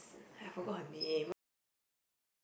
I forgot her name oh-my-god